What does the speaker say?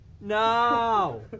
No